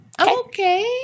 Okay